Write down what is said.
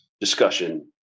discussion